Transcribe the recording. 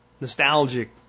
nostalgic